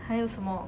还有什么